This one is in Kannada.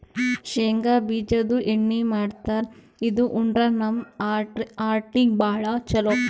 ಶೇಂಗಾ ಬಿಜಾದು ಎಣ್ಣಿ ಮಾಡ್ತಾರ್ ಇದು ಉಂಡ್ರ ನಮ್ ಹಾರ್ಟಿಗ್ ಭಾಳ್ ಛಲೋ